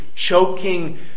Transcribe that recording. Choking